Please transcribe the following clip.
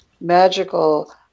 magical